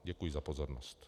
Děkuji za pozornost.